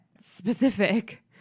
specific